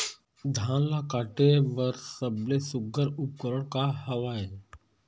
धान ला काटे बर सबले सुघ्घर उपकरण का हवए?